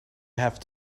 have